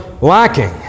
lacking